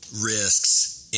risks